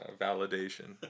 validation